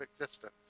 existence